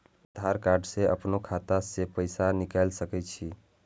आधार कार्ड से अपनो खाता से पैसा निकाल सके छी?